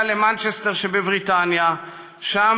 היה זה שהגיע למנצ'סטר שבבריטניה ושם